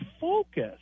focus